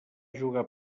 jugar